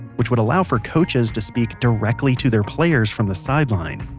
which would allow for coaches to speak directly to their players from the sideline.